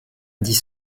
dit